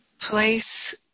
place